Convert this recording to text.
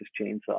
Chainsaw